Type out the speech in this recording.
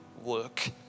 work